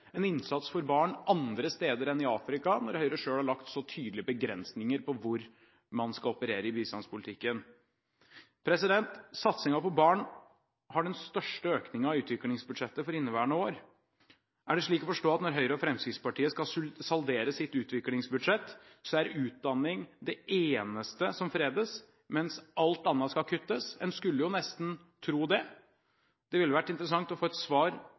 en innsats for barn andre steder enn i Afrika når Høyre selv har lagt så tydelige begrensninger på hvor man skal operere i bistandspolitikken? Satsingen på barn har den største økningen i utviklingsbudsjettet for inneværende år. Er det slik å forstå at når Høyre og Fremskrittspartiet skal saldere sitt utviklingsbudsjett, er utdanning det eneste som fredes, mens alt annet skal kuttes? En skulle nesten tro det. Det ville vært interessant å få et svar